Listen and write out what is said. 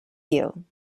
you